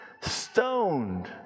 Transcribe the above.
Stoned